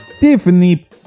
Tiffany